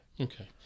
Okay